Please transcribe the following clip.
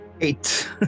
Eight